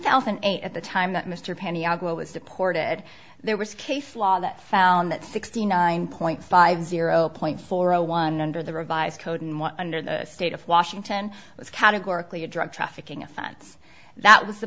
thousand and eight at the time that mr penny agua was deported there was case law that found that sixty nine point five zero point four zero one under the revised code under the state of washington was categorically a drug trafficking offense that was the